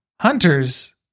Hunter's